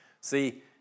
See